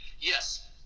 yes